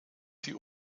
sie